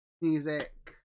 Music